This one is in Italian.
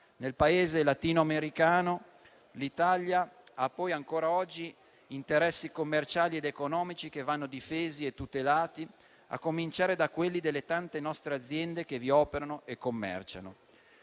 Nel Paese latino-americano, l'Italia ha poi ancora oggi interessi commerciali ed economici che vanno difesi e tutelati, a cominciare da quelli delle tante nostre aziende che vi operano e commerciano.